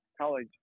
college